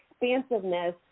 expansiveness